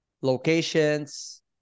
locations